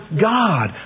God